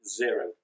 zero